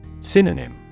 Synonym